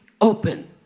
open